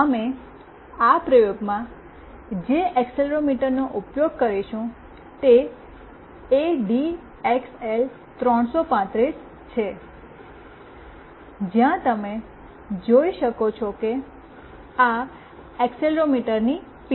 અમે આ પ્રયોગમાં જે એક્સેલરોમીટરનો ઉપયોગ કરીશું તે એડીએક્સએલ 335 છે જ્યાં તમે જોઈ શકો છો કે આ એક્સેલરોમીટરની પિન છે